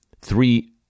three